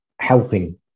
helping